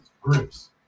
groups